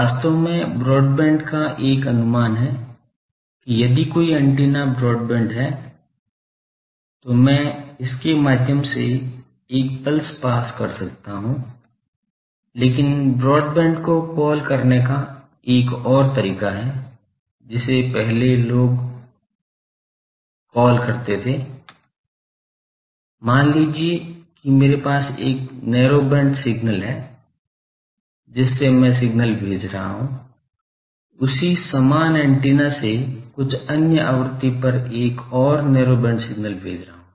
वास्तव में ब्रॉडबैंड का एक अनुमान है कि यदि कोई एंटीना ब्रॉडबैंड है तो मैं इसके माध्यम से एक पल्स पास कर सकता हूं लेकिन ब्रॉडबैंड को कॉल करने का एक और तरीका है जिसे पहले लोग कॉल करते थे मान लीजिए कि मेरे पास एक नैरो बैंड सिग्नल है जिससे में सिग्नल भेज रहा हूँ उसी समान एंटीना से कुछ अन्य आवृत्ति पर एक और नैरो बैंड सिग्नल भेज रहा हूँ